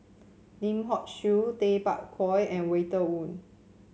Lim Hock Siew Tay Bak Koi and Walter Woon